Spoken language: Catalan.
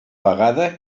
vegada